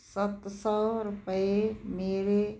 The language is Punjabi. ਸੱਤ ਸੌ ਰੁਪਏ ਮੇਰੇ